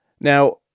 Now